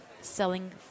selling